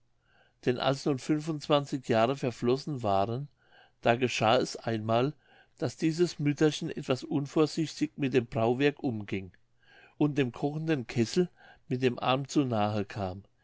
denn als nun fünf und zwanzig jahre verflossen waren da geschah es einmal daß dieses mütterchen etwas unvorsichtig mit dem brauwerk umging und dem kochenden kessel mit dem arm zu nahe kam